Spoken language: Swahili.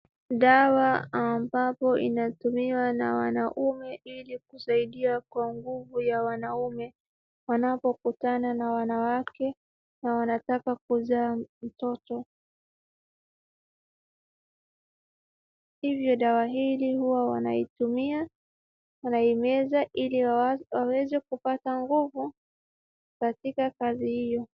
Dawa ambapo inatumiwa na wanaume ili kusaidia kwa nguvu ya wanaume wanapokutana na wanawake na wanataka kuzaa mtoto. Hivyo dawa hii huwa wanatumia, wanaimeza ili waweze kupata nguvu katika kazi hiyo.